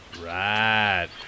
Right